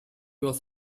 was